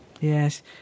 Yes